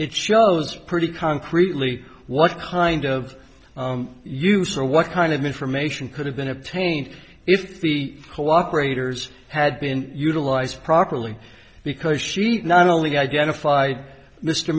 it shows pretty concretely what kind of use or what kind of information could have been obtained if the cooperators had been utilized properly because she not only identified m